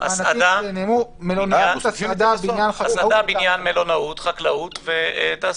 הסעדה, בניין, מלונאות, חקלאות ותעשייה.